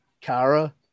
Kara